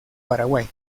paraguay